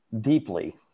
deeply